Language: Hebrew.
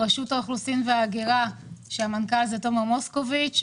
רשות האוכלוסין וההגירה שהמנכ"ל הוא תומר מוסקוביץ',